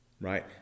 Right